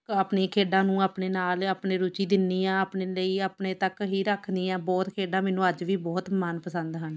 ਆਪਣੀ ਖੇਡਾਂ ਨੂੰ ਆਪਣੇ ਨਾਲ ਆਪਣੇ ਰੁਚੀ ਦਿੰਨੀ ਹਾਂ ਆਪਣੇ ਲਈ ਆਪਣੇ ਤੱਕ ਹੀ ਰੱਖਦੀ ਹਾਂ ਬਹੁਤ ਖੇਡਾਂ ਮੈਨੂੰ ਅੱਜ ਵੀ ਬਹੁਤ ਮਨਪਸੰਦ ਹਨ